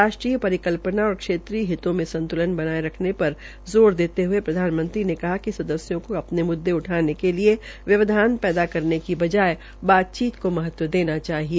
राष्ट्रीय सोच और क्षेत्रीय हितों में संत्लन बनाये रखने पर ज़ोर देते हये प्रधानमंत्री ने कहा कि सदस्यों को अपने मुद्दे उठाने के लिए व्यवधान पैदा करने के बजाये बातचीत को महत्व देना चाहिए